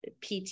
PT